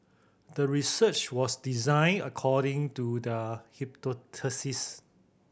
the research was designed according to the hypothesis